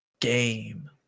Game